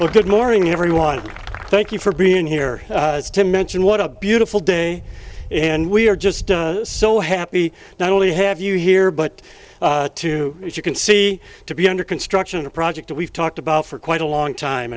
you good morning everyone thank you for being here to mention what a beautiful day and we are just so happy not only have you here but two as you can see to be under construction a project we've talked about for quite a long time